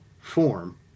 form